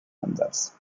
ansatz